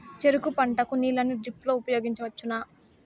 చెరుకు పంట కు నీళ్ళని డ్రిప్ లో ఉపయోగించువచ్చునా?